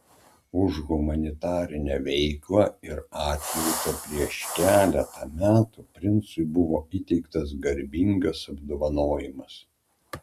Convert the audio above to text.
už humanitarinę veiklą ir atjautą prieš keletą metų princui buvo įteiktas garbingas apdovanojimas